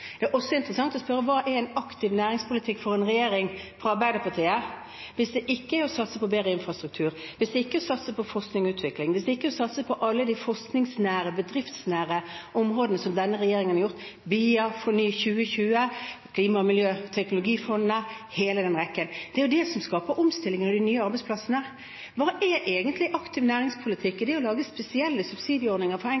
Det er også interessant å spørre: Hva er en aktiv næringspolitikk for en regjering fra Arbeiderpartiet, hvis det ikke er å satse på bedre infrastruktur, hvis det ikke er å satse på forskning og utvikling, hvis det ikke er å satse på alle de forskningsnære og bedriftsnære områdene, slik som denne regjeringen har gjort: BIA, FORNY 2020, klima- og miljøteknologifondene – hele den rekken. Det er jo det som skaper omstilling og de nye arbeidsplassene. Hva er egentlig aktiv næringspolitikk? Er det å lage spesielle subsidieordninger for